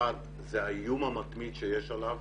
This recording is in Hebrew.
האחד הוא האיום המתמיד שיש עליו